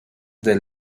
the